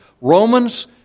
Romans